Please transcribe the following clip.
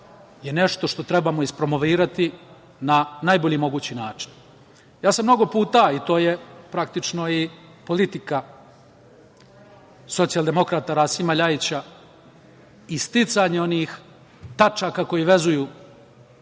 je nešto što trebamo is… na najbolji mogući način. Ja sam mnogo puta i to je praktično i politika socijaldemokrata Rasima Ljajića isticanje onih tačaka koji vezuju